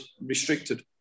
restricted